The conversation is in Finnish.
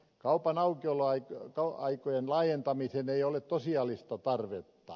kaupan aukioloaikojen laajentamiseen ei ole tosiasiallista tarvetta